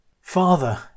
Father